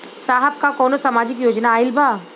साहब का कौनो सामाजिक योजना आईल बा?